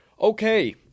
okay